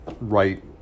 right